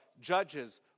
Judges